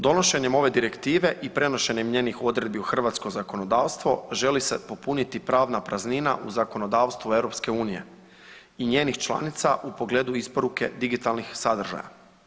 Donošenjem ove direktive i prenošenjem njenih odredbi u hrvatsko zakonodavstvo želi se popuniti pravna praznina u zakonodavstvu EU i njenih članica u pogledu isporuke digitalnih sadržaja.